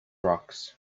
rocks